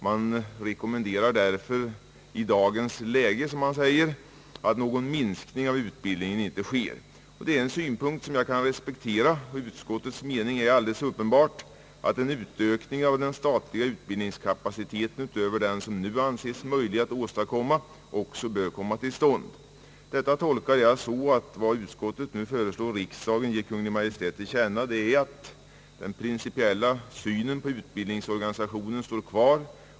Man rekommenderar därför »i dagens läge» att någon minskning av utbildningen inte sker. Det är en synpunkt som jag kan respektera. Utskottets mening är alldeles uppenbart att en utökning av den statliga utbildningskapaciteten utöver den som nu anses möjlig att åstadkomma också bör komma till stånd. Detta tolkar jag så att vad utskottet nu föreslår att riksdagen skall ge Kungl. Maj:t till känna är att den principiella synen på utbildningsorganisationen står kvar.